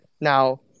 now